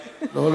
לא,